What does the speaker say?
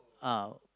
ah